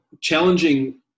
challenging